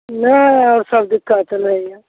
नहि आओर सब दिक्कत नहि हइ